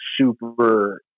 super